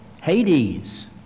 Hades